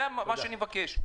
זה מה שאני מבקש.